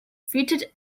fitted